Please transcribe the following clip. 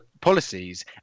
policies